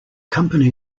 company